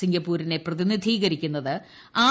സിംഗപ്പൂരിനെ പ്രതിനിധീകരിക്കുന്നത് ആർ